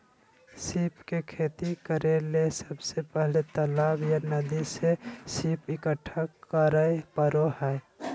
सीप के खेती करेले सबसे पहले तालाब या नदी से सीप इकठ्ठा करै परो हइ